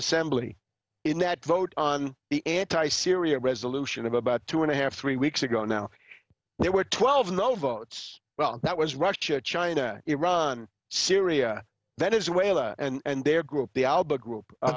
assembly in that vote on the anti syria resolution of about two and a half three weeks ago now there were twelve no votes well that was russia china iran syria venezuela and their group